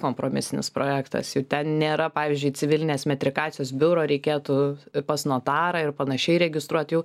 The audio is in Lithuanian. kompromisinis projektas jau ten nėra pavyzdžiui civilinės metrikacijos biuro reikėtų pas notarą ir panašiai registruot jau